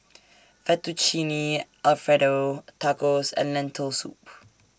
Fettuccine Alfredo Tacos and Lentil Soup